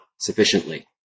sufficiently